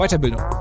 Weiterbildung